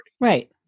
Right